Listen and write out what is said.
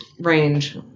range